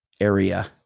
area